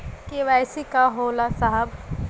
KYC का होला साहब?